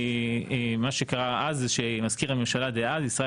מה שקרה אז זה שמזכיר הממשלה דאז ישראל